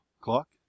Clock